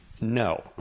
No